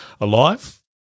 alive